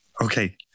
Okay